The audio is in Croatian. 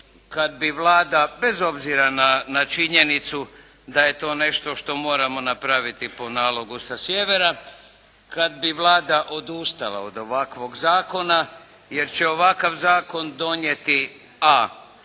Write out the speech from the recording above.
kad bi Vlada bez obzira na činjenicu da je to nešto što moramo napraviti po nalogu sa sjevera, kad bi Vlada odustala od ovakvog zakona jer će ovakav zakon donijeti: